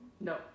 no